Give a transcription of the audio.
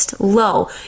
low